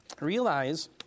realize